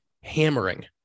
hammering